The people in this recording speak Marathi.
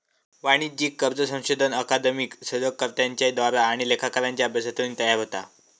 वाणिज्यिक कर्ज संशोधन अकादमिक शोधकर्त्यांच्या द्वारा आणि लेखाकारांच्या अभ्यासातून तयार होता